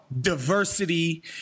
diversity